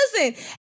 listen